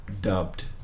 dubbed